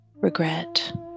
regret